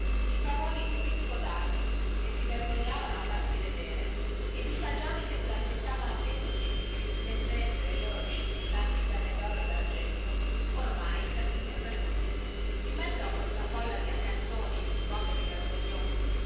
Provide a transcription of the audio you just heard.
di pavoni tutti scodati che si vergognavano a farsi vedere e di fagiani che zampettavano cheti cheti rimpiangendo le loro scintillanti penne doro e dargento oramai perdute per sempre in mezzo a questa folla di accattoni e di poveri vergognosi